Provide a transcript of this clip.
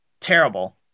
terrible